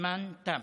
הזמן תם.